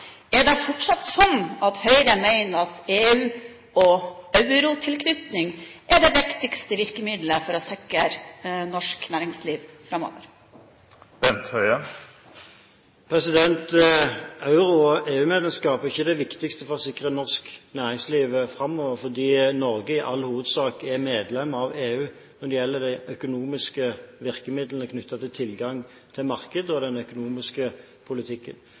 er da: Er det fortsatt slik at Høyre mener at EU- og eurotilknytning er det viktigste virkemidlet for å sikre norsk næringsliv framover? Eurotilknytning og EU-medlemskap er ikke det viktigste for å sikre norsk næringsliv framover, fordi Norge i all hovedsak er medlem av EU når det gjelder de økonomiske virkemidlene knyttet til tilgang til marked og den økonomiske politikken.